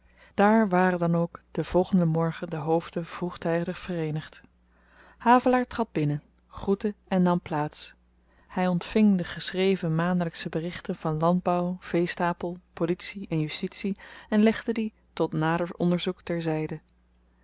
daar waren dan ook den volgenden morgen de hoofden vroegtydig vereenigd havelaar trad binnen groette en nam plaats hy ontving de geschreven maandelyksche berichten over landbouw veestapel politie en justitie en legde die tot nader onderzoek ter zyde